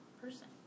person